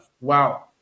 wow